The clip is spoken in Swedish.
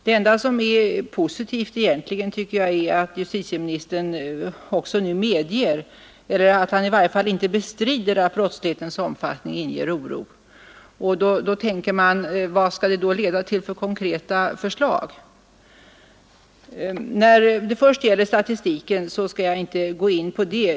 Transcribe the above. Det enda som är positivt tycker jag är att justitieministern nu medger — eller i varje fall inte bestrider — att brottslighetens omfattning inger oro. Men frågan är: Vad skall det då leda till för konkreta förslag? Statistiken skall jag inte gå in på.